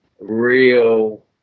real